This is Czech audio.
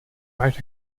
máš